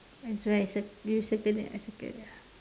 and so I cir~ you circle it I circle already ah